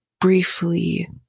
briefly